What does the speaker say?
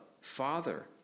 Father